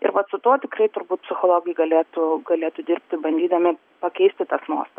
ir vat su tuo tikrai turbūt psichologai galėtų galėtų dirbti bandydami pakeisti tas nuostatas